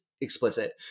explicit